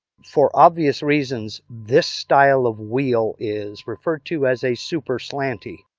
for obvious reasons, this style of wheel is referred to as a super slanty.